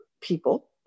people